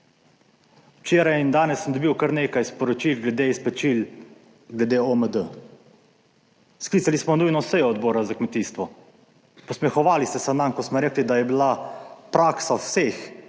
Včeraj in danes sem dobil kar nekaj sporočil glede izplačil glede OMD. Sklicali smo nujno sejo Odbora za kmetijstvo, posmehovali ste se nam, ko smo rekli, da je bila praksa vseh